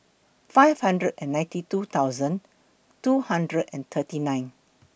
five hundred and ninety two thousand two hundred and thirty nine